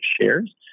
shares